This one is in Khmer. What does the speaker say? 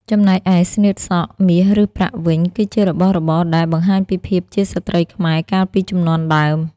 ចំណែកឯ ស្នៀតសក់ មាសឬប្រាក់ វិញ គឺជារបស់របរដែល បង្ហាញពីភាពជាស្ត្រីខ្មែរ កាលពីជំនាន់ដើម។